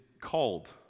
called